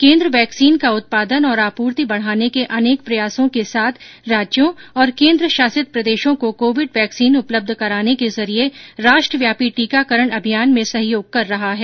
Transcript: केन्द्र वैक्सीन का उत्पादन और आपूर्ति बढ़ाने के अनेक प्रयासों के साथ राज्यों और केन्द्रशासित प्रदेशों को कोविड वैक्सीन उपलब्ध कराने के जरिए राष्ट्रव्यापी टीकाकरण अभियान में सहयोग कर रहा है